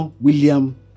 William